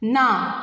ना